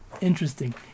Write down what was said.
Interesting